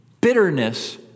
bitterness